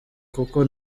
kuko